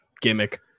gimmick